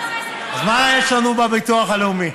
אז מה יש לנו בביטוח הלאומי?